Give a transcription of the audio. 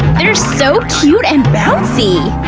they're so cute and bouncy.